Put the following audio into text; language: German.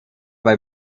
bei